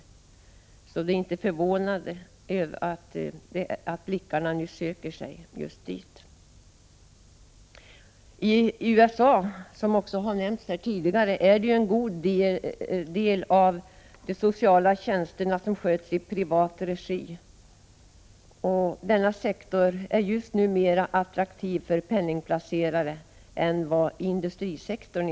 Det är därför inte förvånande att blickarna söker sig dit. I USA, som har nämnts här tidigare, sköts en stor del av de sociala tjänsterna i privat regi. Denna sektor är just nu mer attraktiv för penningplacerare än industrisektorn.